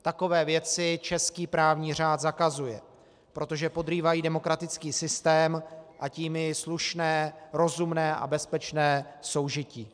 Takové věci český právní řád zakazuje, protože podrývají demokratický systém, a tím i slušné, rozumné a bezpečné soužití.